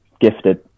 gifted